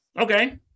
Okay